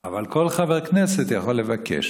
אבל כל חבר כנסת יכול לבקש.